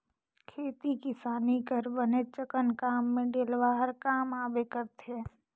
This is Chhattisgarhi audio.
खेती किसानी कर बनेचकन काम मे डेलवा हर काम आबे करथे